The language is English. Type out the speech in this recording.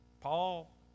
Paul